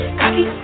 cocky